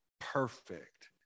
perfect